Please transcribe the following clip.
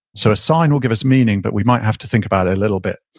so a sign will give us meaning, but we might have to think about it a little bit,